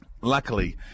Luckily